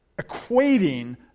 equating